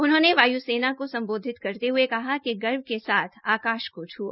उन्होंने वायु सेना को सम्बोधित होते हुये कहा कि गर्व के साथ आकाश को छुओ